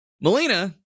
Melina